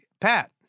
pat